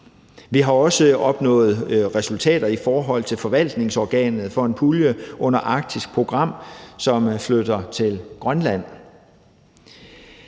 Vi har også opnået resultater i forhold til forvaltningsorganet for en pulje under det arktiske program, som flytter til Grønland.